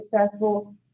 successful